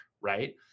right